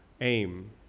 aim